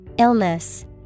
illness